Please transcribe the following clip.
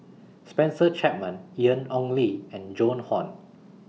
Spencer Chapman Ian Ong Li and Joan Hon